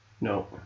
No